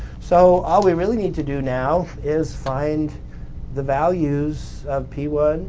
so, all we really need to do now is find the values of p one